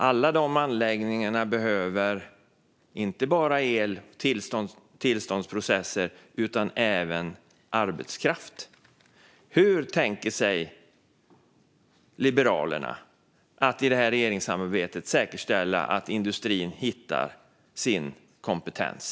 Alla de anläggningarna behöver inte bara el och tillståndsprocesser utan även arbetskraft. Hur tänker sig Liberalerna att i regeringssamarbetet säkerställa att industrin hittar sin kompetens?